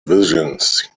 visions